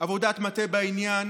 עבודת מטה בעניין.